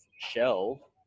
shell